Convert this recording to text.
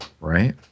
right